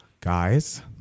Guys